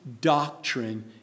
doctrine